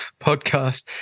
podcast